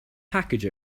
package